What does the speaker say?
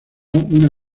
una